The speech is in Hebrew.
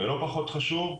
ולא פחות חשוב,